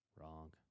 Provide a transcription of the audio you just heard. wrong